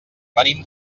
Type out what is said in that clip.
venim